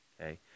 okay